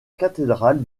cathédrale